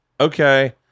okay